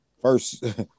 First